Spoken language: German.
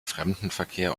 fremdenverkehr